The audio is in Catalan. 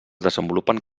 desenvolupen